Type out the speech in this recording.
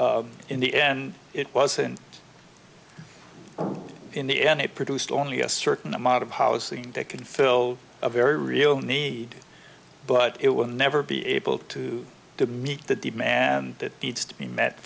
g in the end it wasn't in the end it produced only a certain amount of housing that can fill a very real need but it will never be able to to meet the demand and that needs to be met